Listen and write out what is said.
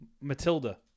Matilda